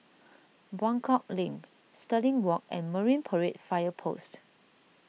Buangkok Link Stirling Walk and Marine Parade Fire Post